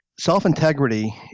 Self-integrity